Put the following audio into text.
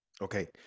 Okay